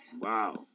Wow